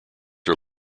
are